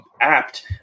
apt